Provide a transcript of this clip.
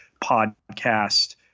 podcast